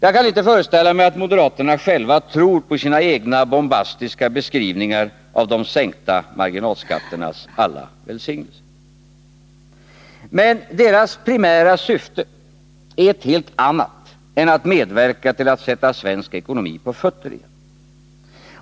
Jag kan inte föreställa mig att moderaterna tror på sina egna bombastiska beskrivningar av de sänkta marginalskatternas alla välsignelser. Men deras primära syfte är ett helt annat än att medverka till att sätta svensk ekonomi på fötter igen.